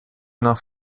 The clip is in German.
nach